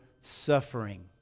suffering